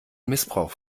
missbrauch